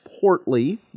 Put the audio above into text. portly